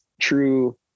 true